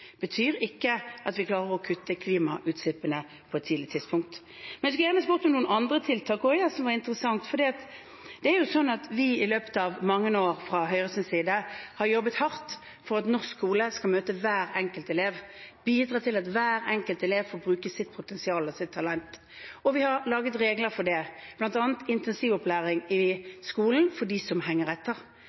betyr ikke at vi klarer å kutte klimautslippene på et tidlig tidspunkt. Jeg skulle gjerne også spurt om noen andre tiltak som var interessant Det er jo slik at vi fra Høyres side i løpet av mange år har jobbet hardt for at norsk skole skal møte hver enkelt elev, bidra til at hver enkelt elev får bruke sitt potensial og sitt talent. Vi har laget regler for det, bl.a. intensivopplæring i skolen for dem som henger etter.